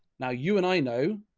now you, and i know.